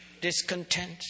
discontent